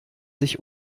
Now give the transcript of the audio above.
sich